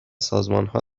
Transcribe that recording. سازمانها